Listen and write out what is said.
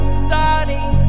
starting